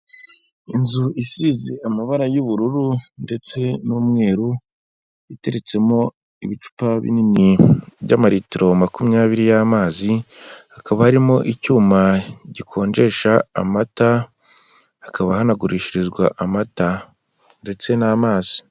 Inzu isize amabara y'ubururu ndetse n'umweru iteretsemo ibicupa binini by'amalitiro makumyabiri y'amazi, hakaba harimo icyuma gikonjesha amata, hakaba hanagurishirizwa amata ndetse n'amazi.